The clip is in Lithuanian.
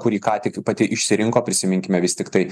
kurį ką tik pati išsirinko prisiminkime vis tiktai